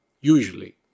usually